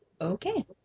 Okay